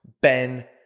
Ben